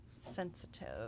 sensitive